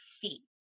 feet